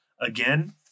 Again